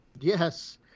Yes